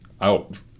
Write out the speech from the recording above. out